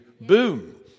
boom